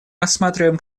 рассматриваем